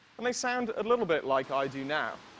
and they sound a little bit like i do now.